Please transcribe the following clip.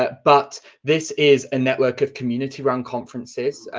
but but this is a network of community-run conferences.